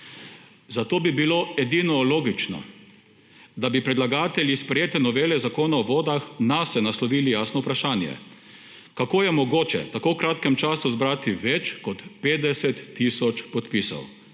zato bi bilo edino logično, da bi predlagatelji sprejete novele Zakona o vodah nase naslovili jasno vprašanje − kako je mogoče v tako kratkem času zbrati več kot 50 tisoč podpisov?